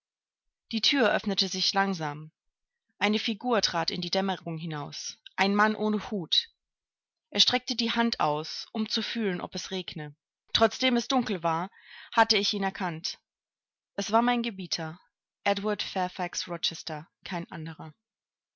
die thür öffnete sich langsam eine figur trat in die dämmerung hinaus ein mann ohne hut er streckte die hand aus wie um zu fühlen ob es regne trotzdem es dunkel war hatte ich ihn erkannt es war mein gebieter edward fairfax rochester kein anderer